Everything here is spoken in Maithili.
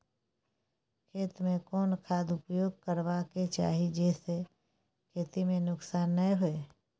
खेत में कोन खाद उपयोग करबा के चाही जे स खेत में नुकसान नैय होय?